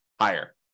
higher